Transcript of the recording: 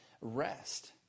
rest